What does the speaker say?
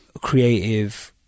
creative